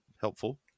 helpful